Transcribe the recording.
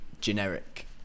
generic